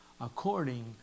According